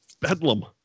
bedlam